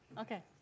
Okay